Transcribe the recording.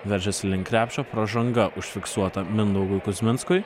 veržiasi link krepšio pražanga užfiksuota mindaugui kuzminskui